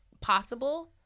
possible